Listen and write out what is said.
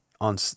on